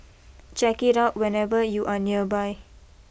check it out whenever you are nearby